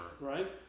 right